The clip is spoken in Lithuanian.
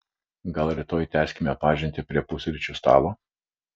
gal rytoj tęskime pažintį prie pusryčių stalo